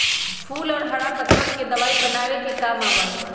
फूल और हरा पत्तवन के दवाई बनावे के काम आवा हई